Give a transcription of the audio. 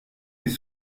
les